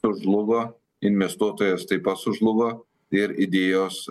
žlugo investuotojas taip pat sužlugo ir idėjos